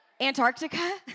Antarctica